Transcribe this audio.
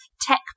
tech